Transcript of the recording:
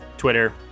Twitter